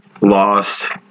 lost